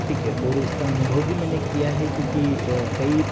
ठीक है और इसका अनुभव भी मैंने किया है क्योंकि कई